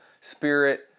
spirit